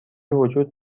وجود